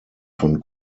von